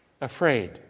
afraid